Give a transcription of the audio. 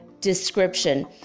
description